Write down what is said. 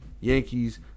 Yankees